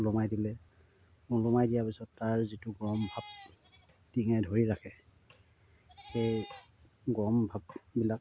ওলমাই দিলে ওলমাই দিয়াৰ পিছত তাৰ যিটো গৰম ভাপ টিঙে ধৰি ৰাখে সেই গৰম ভাপবিলাক